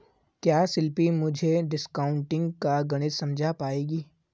क्या शिल्पी मुझे डिस्काउंटिंग का गणित समझा पाएगी?